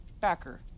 Backer